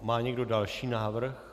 Má někdo další návrh?